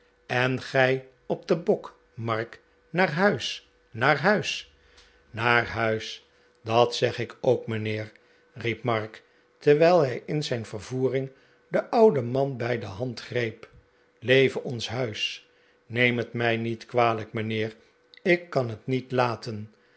en gij op den bok mark naar huis naar huis naar huis dat zeg ik ook mijnheer riep mark terwijl hij in zijn vervoering den ouden man bij de hand greep leve ons huis neem het mij niet kwalijk mijnheer ik kan het niet laten